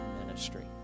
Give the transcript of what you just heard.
ministry